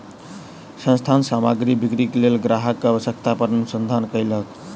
संस्थान सामग्री बिक्रीक लेल ग्राहकक आवश्यकता पर अनुसंधान कयलक